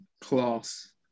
class